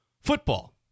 football